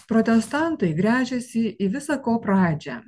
protestantai gręžėsi į visa ko pradžią